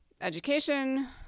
education